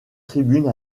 tribune